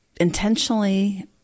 intentionally